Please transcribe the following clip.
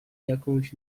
jakąś